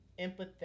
empathetic